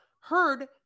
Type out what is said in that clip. heard